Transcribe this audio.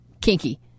kinky